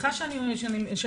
סליחה שאני מתפרצת,